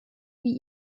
wie